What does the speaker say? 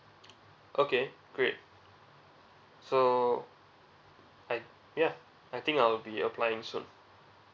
okay great so I ya I think I will be applying soon